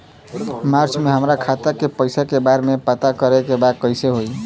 मार्च में हमरा खाता के पैसा के बारे में पता करे के बा कइसे होई?